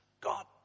God